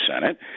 Senate